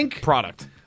product